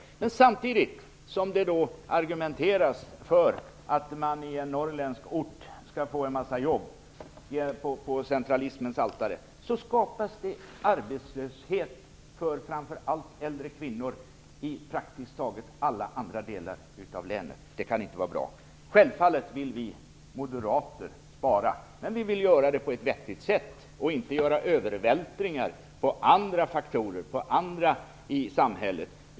Samtidigt som det argumenteras för att man skall få en massa jobb i en norrländsk ort, på centralismens altare, skapas arbetslöshet för framför allt äldre kvinnor i praktiskt taget alla andra delar av landet. Det kan inte vara bra. Självfallet vill vi moderater spara, men vi vill göra det på ett vettigt sätt och inte vältra över på andra i samhället.